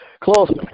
close